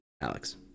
Alex